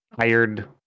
hired